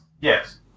Yes